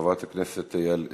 חברת הכנסת יעל גרמן.